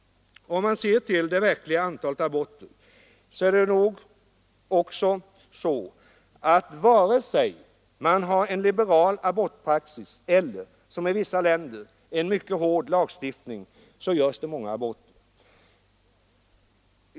Om man ser till det verkliga antalet aborter är det nog också så, att vare sig man har en liberal abortpraxis eller, som i vissa länder, en mycket hård lagstiftning, görs det ganska många aborter.